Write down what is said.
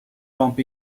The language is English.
bump